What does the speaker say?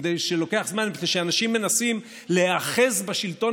לוקח זמן מפני שאנשים מנסים להיאחז בשלטון